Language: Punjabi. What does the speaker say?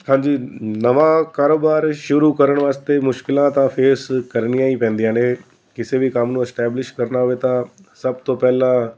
ਹਾਂਜੀ ਨਵਾਂ ਕਾਰੋਬਾਰ ਸ਼ੁਰੂ ਕਰਨ ਵਾਸਤੇ ਮੁਸ਼ਕਲਾਂ ਤਾਂ ਫੇਸ ਕਰਨੀਆਂ ਹੀ ਪੈਂਦੀਆਂ ਨੇ ਕਿਸੇ ਵੀ ਕੰਮ ਨੂੰ ਇਸਟੈਬਲਿਸ਼ ਕਰਨਾ ਹੋਵੇ ਤਾਂ ਸਭ ਤੋਂ ਪਹਿਲਾਂ